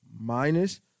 minus